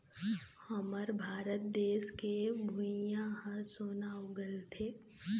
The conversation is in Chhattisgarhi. हमर भारत देस के भुंइयाँ ह सोना उगलथे